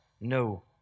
No